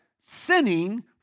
Sinning